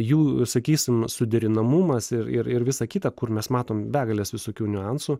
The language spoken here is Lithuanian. jų sakysim suderinamumas ir ir ir visa kita kur mes matome begales visokių niuansų